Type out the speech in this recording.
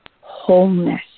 wholeness